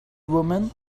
woman